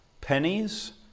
Pennies